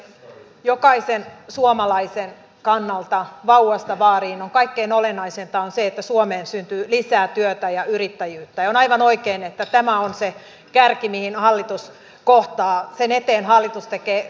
jokaisen suomalaisen kannalta vauvasta vaariin kaikkein olennaisinta on se että suomeen syntyy lisää työtä ja yrittäjyyttä ja on aivan oikein että tämä on se kärki minkä eteen hallitus tekee paljon työtä